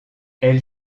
elle